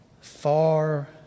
far